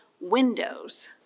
windows